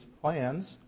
plans